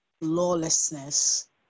lawlessness